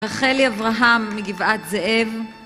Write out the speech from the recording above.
רחלי אברהם מגבעת זאב